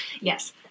yes